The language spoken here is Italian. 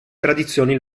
tradizioni